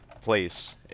place